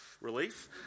relief